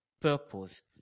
purpose